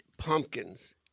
pumpkins